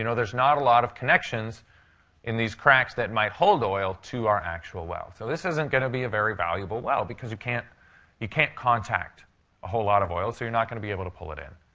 you know there's not a lot of connections in these cracks that might hold oil to our actual well. so this isn't going to be a very valuable well because you can't you can't contact a whole lot of oil, so you're not going to be able to pull it in.